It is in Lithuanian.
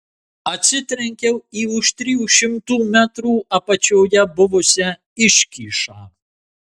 atsitrenkiau į už trijų šimtų metrų apačioje buvusią iškyšą